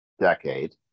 decade